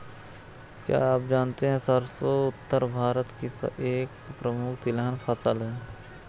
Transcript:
क्या आप जानते है सरसों उत्तर भारत की एक प्रमुख तिलहन फसल है?